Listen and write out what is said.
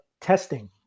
testing